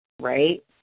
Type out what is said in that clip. Right